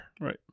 right